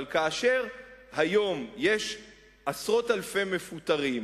אבל כאשר היום יש עשרות אלפי מפוטרים,